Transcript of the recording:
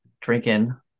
drinking